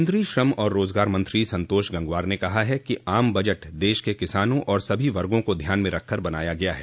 केन्द्रीय श्रम और रोज़गार मंत्री संतोष गंगवार ने कहा है कि आम बजट देश के किसानों और सभी वर्गो को ध्यान में रखकर बनाया गया है